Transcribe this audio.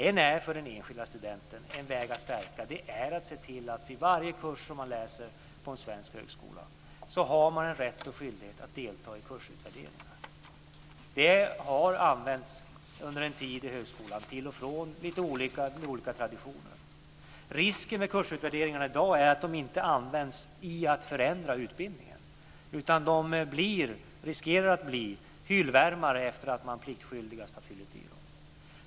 En väg att stärka den enskilde studenten är att se till att man har en rätt och en skyldighet att delta i kursutvärderingar vid varje kurs som man läser på en svensk högskola. Det har använts till och från under en tid i högskolan. Det finns lite olika traditioner. Risken med kursutvärderingarna i dag är att de inte används för att förändra utbildningen. De riskerar att bli hyllvärmare efter det att man pliktskyldigast har fyllt i dem.